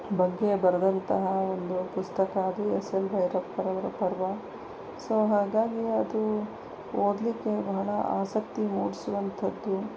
ಬಗ್ಗೆಯ ಬರೆದಂತಹ ಒಂದು ಪುಸ್ತಕ ಅದು ಎಸ್ ಎಲ್ ಭೈರಪ್ಪವರ ಪರ್ವ ಸೊ ಹಾಗಾಗಿ ಅದು ಓದಲಿಕ್ಕೆ ಬಹಳ ಆಸಕ್ತಿ ಮೂಡಿಸುವಂಥದ್ದು